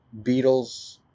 Beatles